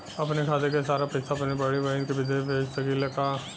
अपने खाते क सारा पैसा अपने बड़ी बहिन के विदेश भेज सकीला का?